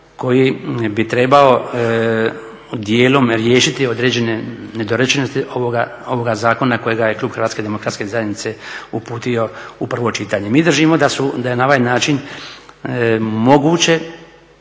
koji bi trebao dijelom riješiti određene nedorečenosti ovoga zakona kojega je klub Hrvatske demokratske zajednice uputio u prvo čitanje. Mi držimo da je na ovaj način moguće